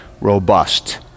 robust